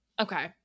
Okay